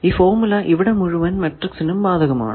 ഈ ഫോർമുല ഈ മുഴുവൻ മാട്രിക്സിനും ബാധകമാണ്